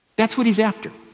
that's what he's after.